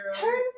Turns